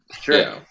Sure